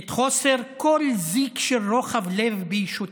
את חוסר כל זיק של רוחב לב בישותם,